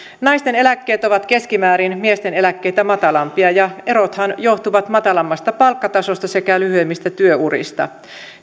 naisten eläkkeet ovat keskimäärin miesten eläkkeitä matalampia ja erothan johtuvat matalammasta palkkatasosta sekä lyhyemmistä työurista